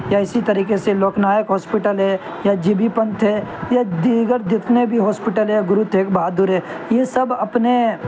یا اسی طریقے سے لوک نائک ہاسپٹل ہے یا جی بی پنتھ ہے یا دیگر جتنے بھی ہاسپٹل ہیں گررو تیغ بہادر ہے یہ سب اپنے